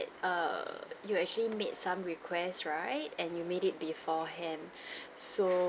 err you actually made some requests right and you made it beforehand so